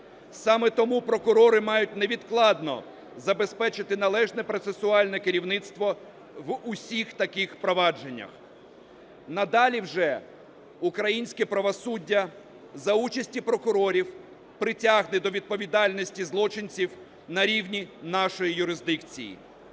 Саме тому прокурори мають невідкладно забезпечити належне процесуальне керівництво в усіх таких провадженнях. Надалі вже українське правосуддя за участі прокурорів притягне до відповідальності злочинців на рівні нашої юрисдикції.